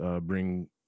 Bring